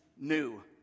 new